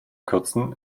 kürzen